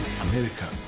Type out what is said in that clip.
america